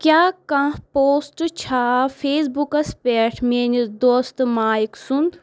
کیٛاہ کانٛہہ پوسٹ چھَا فیس بُکَس پٮ۪ٹھ میٲنِس دوستہٕ مائیک سُنٛد